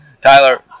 Tyler